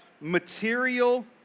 material